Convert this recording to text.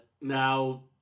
now